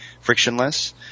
frictionless